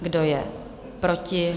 Kdo je proti?